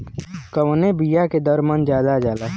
कवने बिया के दर मन ज्यादा जाला?